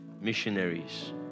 missionaries